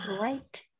right